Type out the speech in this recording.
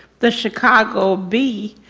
the chicago b,